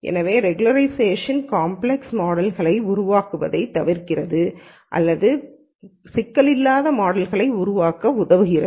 எனவே regularization complex model களை உருவாக்குவதைத் தவிர்க்கிறது அல்லது சிக்கலான அல்லாத மாடல் களை உருவாக்க உதவுகிறது